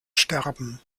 sterben